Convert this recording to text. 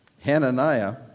Hananiah